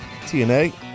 TNA